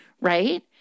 Right